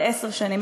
לעשר שנים,